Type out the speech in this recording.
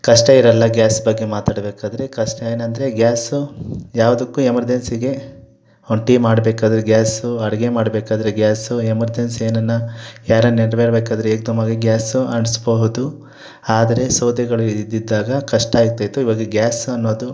ಕಷ್ಟ ಇರಲ್ಲ ಗ್ಯಾಸ್ ಬಗ್ಗೆ ಮಾತಾಡಬೇಕಾದ್ರೆ ಕಷ್ಟ ಏನಂದರೆ ಗ್ಯಾಸು ಯಾವುದಕ್ಕು ಎಮರ್ಜೆನ್ಸಿಗೆ ಒಂದು ಟೀ ಮಾಡಬೇಕಾದ್ರೆ ಗ್ಯಾಸು ಅಡಿಗೆ ಮಾಡಬೇಕಾದ್ರೆ ಗ್ಯಾಸು ಎಮರ್ಜನ್ಸಿ ಏನನ ಯಾರಾರ ನೆಂಟ್ರು ಬರಬೇಕಾದ್ರೆ ಏಕ್ ದಮ್ಮಾಗಿ ಗ್ಯಾಸು ಅಂಟಿಸ್ಬಹುದು ಆದರೆ ಸೌದೆಗಳು ಇದಿದ್ದಾಗ ಕಷ್ಟ ಆಯ್ತಾಯಿತ್ತು ಇವಾಗ ಗ್ಯಾಸ್ ಅನ್ನೋದು